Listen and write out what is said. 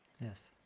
Yes